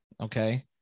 Okay